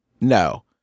No